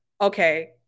okay